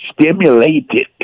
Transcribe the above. stimulated